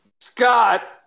Scott